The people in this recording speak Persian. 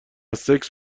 سکس